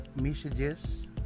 messages